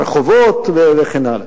ברחובות וכן הלאה.